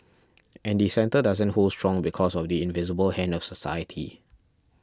and the centre doesn't hold strong because of the invisible hand of society